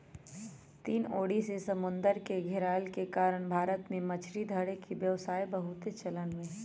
तीन ओरी से समुन्दर से घेरायल के कारण भारत में मछरी धरे के व्यवसाय बहुते चलन में हइ